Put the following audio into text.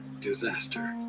disaster